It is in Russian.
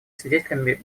свидетелями